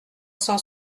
cent